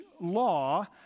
law